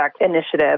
initiative